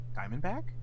diamondback